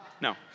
No